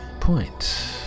point